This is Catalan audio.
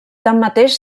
tanmateix